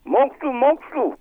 mokslu mokslu